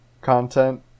content